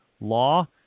law